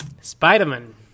Spider-Man